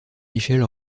michelle